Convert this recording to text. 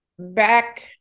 back